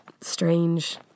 strange